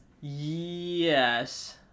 Yes